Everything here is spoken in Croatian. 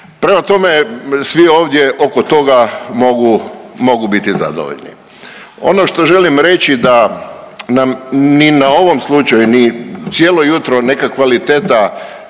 Prema tome, svi ovdje oko toga mogu biti zadovoljni. Ono što želim reći da nam ni na ovom slučaju ni cijelo jutro neka kvaliteta